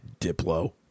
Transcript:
Diplo